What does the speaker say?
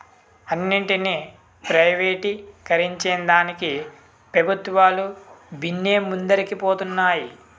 అన్నింటినీ ప్రైవేటీకరించేదానికి పెబుత్వాలు బిన్నే ముందరికి పోతన్నాయి